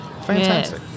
Fantastic